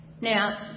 Now